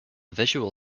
visual